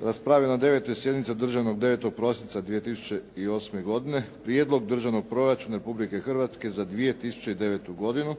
raspravio je na 9. sjednici održanoj 9. prosinca 2008. godine, prijedlog Državnog proračuna Republike Hrvatske za 2009. godinu